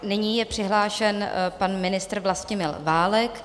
Nyní je přihlášen pan ministr Vlastimil Válek.